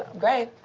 gray?